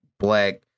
black